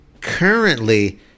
Currently